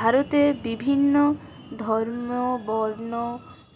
ভারতের বিভিন্ন ধর্ম বর্ণ